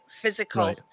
physical